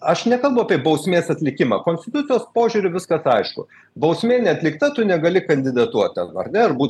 aš nekalbu apie bausmės atlikimą konstitucijos požiūriu viskas aišku bausmė neatlikta tu negali kandidatuot ten ar ne ar būt